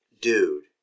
Dude